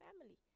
family